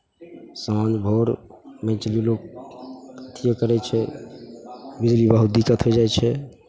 साँझ भोर मानि कऽ चलियौ लोक अथिए करै छै बिजली बहुत दिक्कत होय जाइ छै